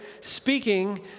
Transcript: speaking